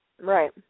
Right